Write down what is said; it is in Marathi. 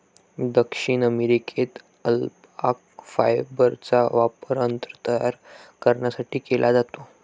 दक्षिण अमेरिकेत अल्पाका फायबरचा वापर अन्न तयार करण्यासाठी केला जातो